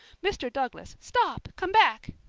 mr. douglas, stop! come back.